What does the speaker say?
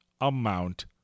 amount